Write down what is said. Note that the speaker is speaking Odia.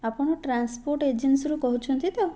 ଆପଣ ଟ୍ରାନ୍ସପୋର୍ଟ ଏଜେନ୍ସିରୁ କହୁଛନ୍ତି ତ